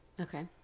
Okay